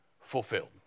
Fulfilled